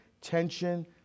Tension